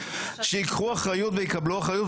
שייקחו אחריות ויקבלו אחריות,